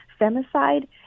Femicide